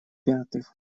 пятых